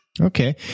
Okay